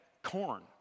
Corn